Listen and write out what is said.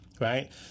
Right